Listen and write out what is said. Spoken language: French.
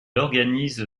organise